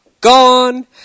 gone